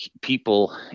People